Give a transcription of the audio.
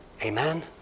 Amen